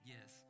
Yes